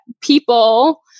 people